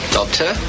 Doctor